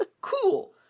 cool